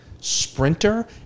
sprinter